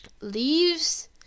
leaves